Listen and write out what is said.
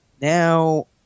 now